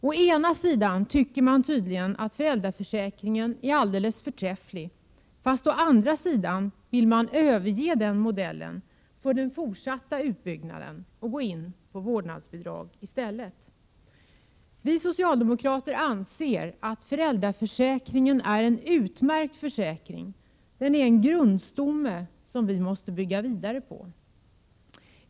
Å ena sidan tycker man tydligen att föräldraförsäkringen är alldeles förträfflig, men å andra sidan vill man överge föräldraförsäkringen som modell för den fortsatta utbyggnaden inom familjepolitiken och gå in på linjen med vårdnadsbidrag i stället. Vi socialdemokrater anser att föräldraförsäkringen är en utmärkt försäkring. Den är en grundstomme vi måste bygga vidare på.